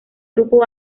grupo